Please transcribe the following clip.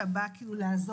אלו להערכתנו אותם המתקנים